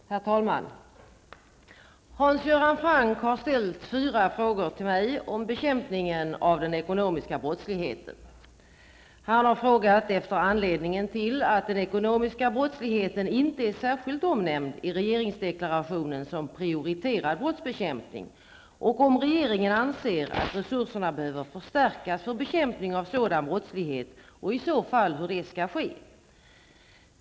Herr talman! Hans Göran Franck har ställt fyra frågor till mig om bekämpningen av den ekonomiska brottsligheten. Han har frågat efter anledningen till att den ekonomiska brottsligheten inte är särskilt omnämnd i regeringsdeklarationen som prioriterad brottsbekämpning och om regeringen anser att resurserna behöver förstärkas för bekämpningen av sådan brottslighet och hur det i så fall skall ske.